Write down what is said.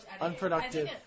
unproductive